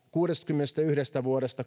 kuudestakymmenestäyhdestä vuodesta